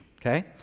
okay